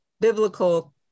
biblical